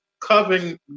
covering